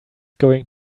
going